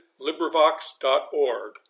LibriVox.org